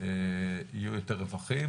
יהיו יותר רווחים.